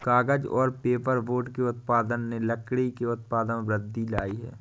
कागज़ और पेपरबोर्ड के उत्पादन ने लकड़ी के उत्पादों में वृद्धि लायी है